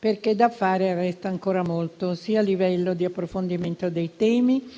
perché resta ancora molto da fare, sia a livello di approfondimento dei temi,